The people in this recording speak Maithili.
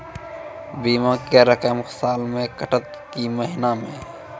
बीमा के रकम साल मे कटत कि महीना मे?